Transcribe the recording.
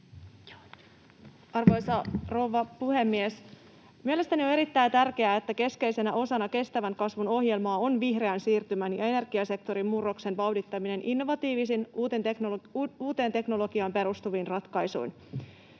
Arvoisa rouva puhemies! Mielestäni on erittäin tärkeää, että keskeisenä osana kestävän kasvun ohjelmaa on vihreän siirtymän ja energiasektorin murroksen vauhdittaminen innovatiivisin, uuteen teknologiaan perustuvin ratkaisuin.